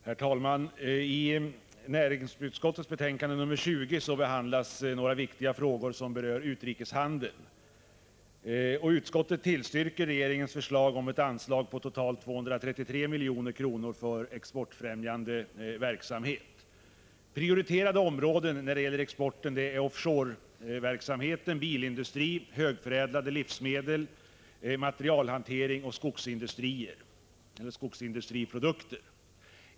Herr talman! I näringsutskottets betänkande nr 20 behandlas några viktiga frågor som berör utrikeshandeln. Utskottet tillstyrker regeringens förslag om ett anslag på totalt 233 milj.kr. till exportfrämjande verksamhet. Prioriterade områden när det gäller exporten är offshore-verksamheten, bilindustrin, högförädlade livsmedel, materialhantering och skogsindustriprodukter.